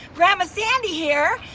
grandma sandy here,